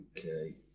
Okay